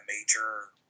major